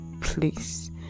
please